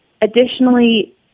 Additionally